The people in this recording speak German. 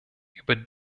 über